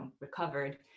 recovered